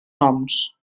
noms